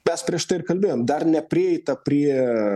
mes prieš tai ir kalbėjom dar neprieita prie